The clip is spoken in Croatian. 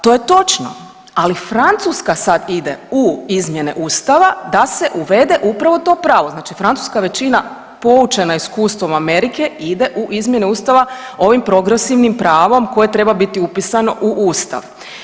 To je točno, ali Francuska sad ide u izmjene ustava da se uvede upravo to pravo, znači francuska većina poučena iskustvom Amerike ide u izmjene ustava ovim progresivnim pravom koje treba biti upisano u ustav.